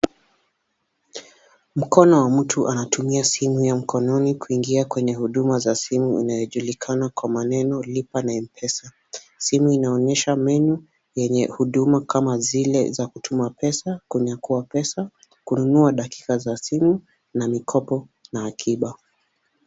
Mkono wa mtu anatumia simu ya mkononi kuingia kwenye huduma za simu inayojulikana kwa maneno lipa na Mpesa. Simu inaonyesha menu yenye huduma kama zile za kutuma pesa, kunyakua pesa, kununua dakika za simu na mikopo na akiba.